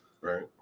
Right